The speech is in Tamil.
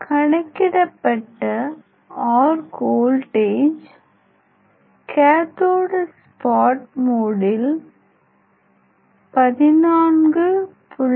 கணக்கிடப்பட்ட ஆர்க் வோல்ட்டேஜ் கேதோட் ஸ்பாட் மோடில் 14